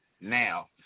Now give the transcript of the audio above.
now